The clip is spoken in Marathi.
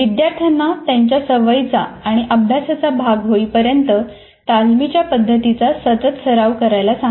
विद्यार्थ्यांना त्यांच्या सवयीचा आणि अभ्यासाचा भाग होईपर्यंत तालमीच्या पद्धतींचा सतत सराव करायला सांगा